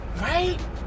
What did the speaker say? Right